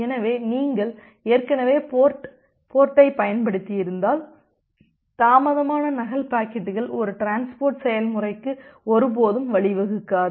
எனவே நீங்கள் ஏற்கனவே போர்ட்டைப் பயன்படுத்தியிருந்தால் தாமதமான நகல் பாக்கெட்டுகள் ஒரு டிரான்ஸ்போர்ட் செயல்முறைக்கு ஒருபோதும் வழிவகுக்காது